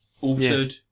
altered